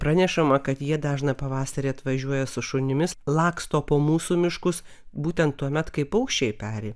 pranešama kad jie dažną pavasarį atvažiuoja su šunimis laksto po mūsų miškus būtent tuomet kai paukščiai peri